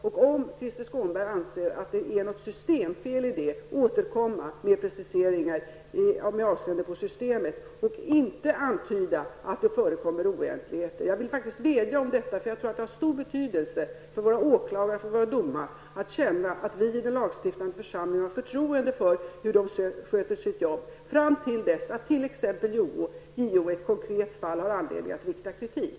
Om Krister Skånberg anser att det föreligger något systemfel, får han återkomma med preciseringar med avseende på systemet och inte antyda att det förekommer oegentligheter. Jag vill faktiskt vädja om detta, eftersom jag tror att det har stor betydelse för våra åklagare och för våra domare att känna att vi i den lagstiftande församlingen har förtroende för hur de sköter sitt jobb fram till dess att t.ex. JO i ett konkret fall har anledning att framföra kritik.